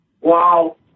Wow